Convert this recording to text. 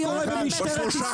את רואה מה קורה במשטרת ישראל?